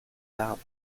d’arbres